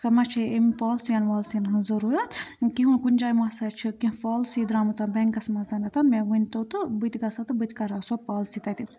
سَہ ما چھےٚ امۍ پالسیَن والسِیَن ہٕنٛز ضٔروٗرت کِہیٖنۍ کُنہِ جایہِ مَسا چھُ کیٚنٛہہ پالسی درٛامٕژَن بٮ۪نٛکَس منٛزَنتھن مےٚ ؤنۍ تو تہٕ بہٕ تہِ گژھا تہٕ بہٕ تہِ کَرٕہا سۄ پالسی تَتہِ